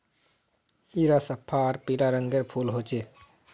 इरा सफ्फा आर पीला रंगेर फूल होचे